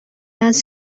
است